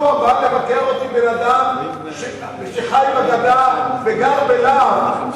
אתה מבין שכל שבוע בא לבקר אותי בן-אדם שחי בגדה וגר בלהב,